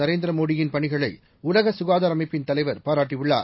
நரேந்திர மோதியின் பணிகளை உலக சுகாதார அமைப்பின் தலைவர் பாராட்டியுள்ளார்